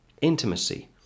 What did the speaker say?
Intimacy